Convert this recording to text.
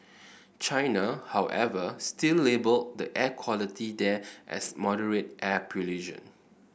China however still labelled the air quality there as moderate air pollution